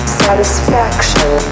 satisfaction